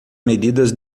medidas